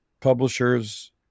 publishers